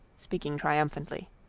speaking triumphantly,